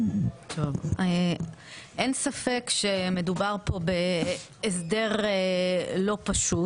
אין ספק שמדובר כאן בהסדר לא פשוט.